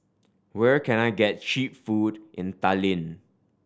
where can I get cheap food in Tallinn